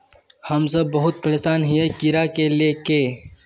हम सब बहुत परेशान हिये कीड़ा के ले के?